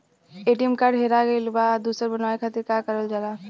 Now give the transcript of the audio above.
ATM card हेरा गइल पर दोसर बनवावे खातिर का करल जाला?